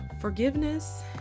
forgiveness